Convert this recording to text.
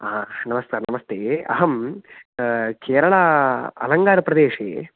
हा नमस्कार नमस्ते अहम् केरळा अलङ्गड् प्रदेशे